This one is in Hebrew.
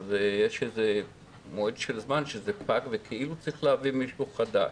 יש מועד של זמן שזה פג וכאילו צריך להביא מישהו חדש.